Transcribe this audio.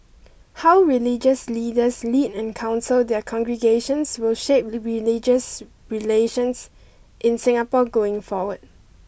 how religious leaders lead and counsel their congregations will shape the religious relations in Singapore going forward